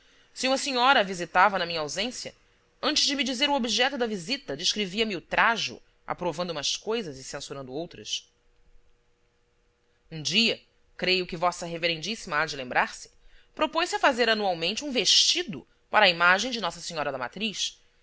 se uma senhora a visitava na minha ausência antes de me dizer o objeto da visita descrevia me o trajo aprovando umas coisas e censurando outras um dia creio que vossa reverendíssima há de lembrar-se propôs-se a fazer anualmente um vestido para a imagem de nossa senhora da matriz